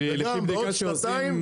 כי לפי בדיקה שעושים,